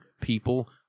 people